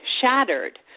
shattered